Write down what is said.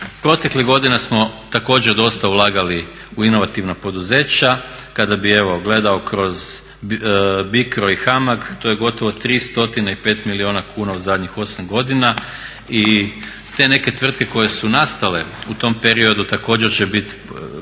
proteklih godina smo također dosta ulagali u inovativna poduzeća, kada bi evo gledao kroz BICRO i HAMAG to je gotovo 305 milijuna kuna u zadnjih 8 godina i te neke tvrtke koje su nastale u tom periodu također će biti